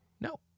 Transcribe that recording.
No